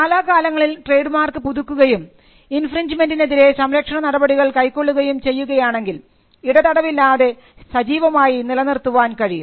കാലാകാലങ്ങളിൽ trademark പുതുക്കുകയും ഇൻഫ്രിൻഞ്ജ്മെൻറിന് എതിരെ സംരക്ഷണ നടപടികൾ കൈക്കൊള്ളുകയും ചെയ്യുകയാണെങ്കിൽ ഇടതടവില്ലാതെ സജീവമായി നിലനിർത്താൻ കഴിയും